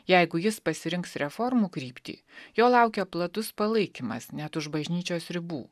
jeigu jis pasirinks reformų kryptį jo laukia platus palaikymas net už bažnyčios ribų